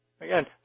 Again